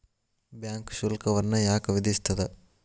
Bank ಶುಲ್ಕವನ್ನ ಯಾಕ್ ವಿಧಿಸ್ಸ್ತದ?